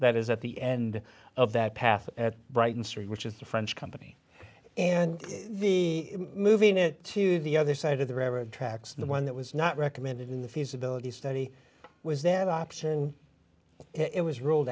that is at the end of that path at brighton saree which is the french company and the moving it to the other side of the railroad tracks the one that was not recommended in the feasibility study was that option it was rolled